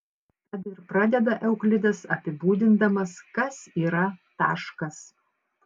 tad ir pradeda euklidas apibūdindamas kas yra taškas